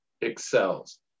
excels